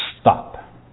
stop